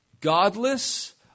godless